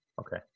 Okay